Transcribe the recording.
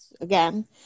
again